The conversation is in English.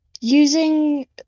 using